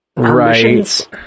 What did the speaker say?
Right